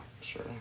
Sure